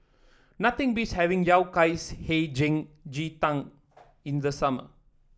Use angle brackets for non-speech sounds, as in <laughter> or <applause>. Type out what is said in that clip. nothing beats having Yao Cai <unintelligible> Hei Jim Ji Tang in the summer